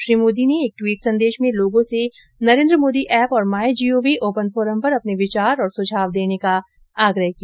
श्री मोदी ने एक टवीट संदेश में लोगों से नरेन्द्र मोदी ऐप और my G O V open forum पर अपने विचार और सुझाव देने का आग्रह किया